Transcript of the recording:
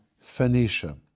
Phoenicia